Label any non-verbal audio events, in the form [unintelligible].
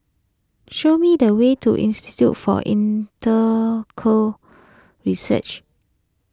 show me the way to Institute for [unintelligible] Research